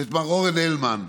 מר אורן הלמן,